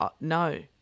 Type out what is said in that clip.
no